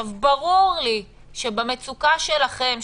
ברור לי שבמצוקה שלכם,